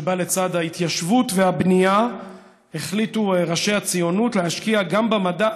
שבה לצד ההתיישבות והבנייה החליטו ראשי הציונות להשקיע גם במדע.